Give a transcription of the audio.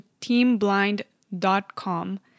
teamblind.com